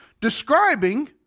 describing